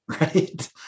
right